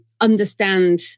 understand